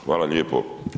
Hvala lijepo.